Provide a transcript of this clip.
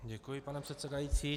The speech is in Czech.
Děkuji, pane předsedající.